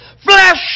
Flesh